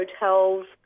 hotels